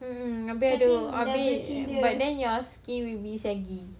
um habis but then you skin will be saggy